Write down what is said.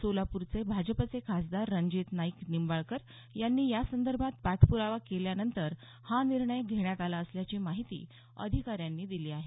भाजपचे नवनिर्वाचित खासदार रंजित नाईक निंबाळकर यांनी या संदर्भात पाठपुरावा केल्यानंतर हा निर्णय घेण्यात आला असल्याची माहिती अधिकाऱ्यांनी दिली आहे